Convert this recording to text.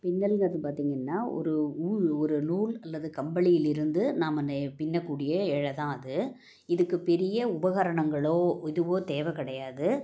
பின்னல்ங்கிறது பார்த்தீங்கன்னா ஒரு ஊ ஒரு நூல் அல்லது கம்பிளியிலிருந்து நம்ம நெ பின்னக்கூடிய இழை தான் அது இதுக்கு பெரிய உபகரணங்களோ இதுவோ தேவை கிடையாது